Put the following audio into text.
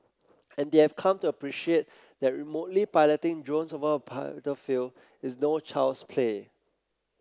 and they have come to appreciate that remotely piloting drones over a battlefield is no child's play